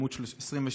עמ' 23: